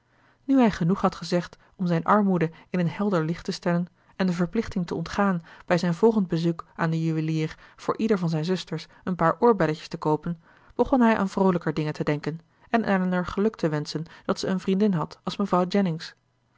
nu hij genoeg had gezegd om zijn armoede in een helder licht te stellen en de verplichting te ontgaan bij zijn volgend bezoek aan den juwelier voor ieder van zijn zusters een paar oorbelletjes te koopen begon hij aan vroolijker dingen te denken en elinor geluk te wenschen dat ze een vriendin had als mevrouw jennings